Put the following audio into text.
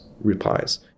replies